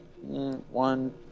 one